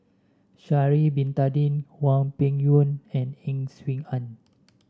Sha'ari Bin Tadin Hwang Peng Yuan and Ang Swee Aun